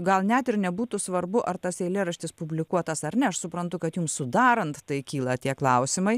gal net ir nebūtų svarbu ar tas eilėraštis publikuotas ar ne aš suprantu kad jum sudarant tai kyla tie klausimai